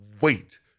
wait